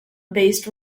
based